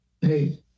hey